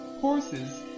Horses